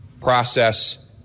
process